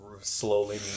slowly